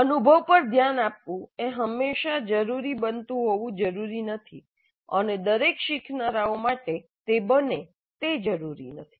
અનુભવ પર ધ્યાન આપવું એ હંમેશા જરૂરી બનતું હોવું જરૂરી નથી અને દરેક શીખનારા માટે તે બને તે જરૂરી નથી